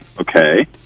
Okay